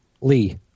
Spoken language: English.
Lee